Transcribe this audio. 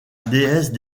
déesse